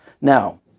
Now